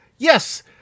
Yes